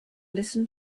listen